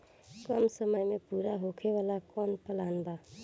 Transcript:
कम समय में पूरा होखे वाला कवन प्लान बा?